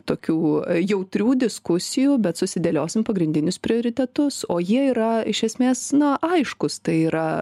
tokių jautrių diskusijų bet susidėliosim pagrindinius prioritetus o jie yra iš esmės na aiškūs tai yra